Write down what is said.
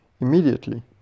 Immediately